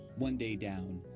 one day down,